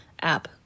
app